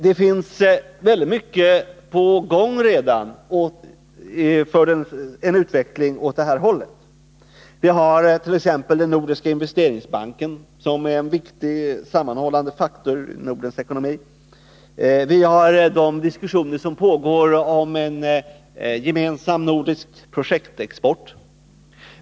Det är redan väldigt mycket på gång för en utveckling åt det här hållet. Vi har t.ex. Nordiska investeringsbanken, som är en viktig sammanhållande faktor för Nordens ekonomi. Vi har de diskussioner som pågår om en gemensam nordisk projektexport.